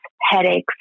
headaches